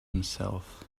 himself